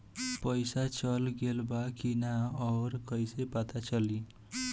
पइसा चल गेलऽ बा कि न और कइसे पता चलि?